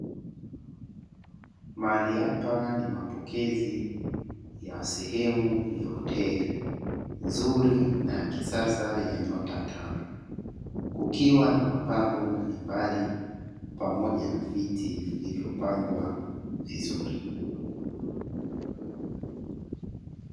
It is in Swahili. Mahali hapa ni mapokezi ya sehemu ya hoteli nzuri na kisasa ya nyota tano, kukiwa na mapambo mbalimbali pamoja na viti vilivyopangwa vizuri."